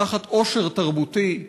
פותחת עושר תרבותי,